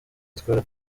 atwara